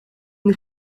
une